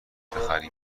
بخریم